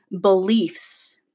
beliefs